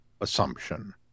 assumption